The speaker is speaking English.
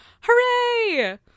Hooray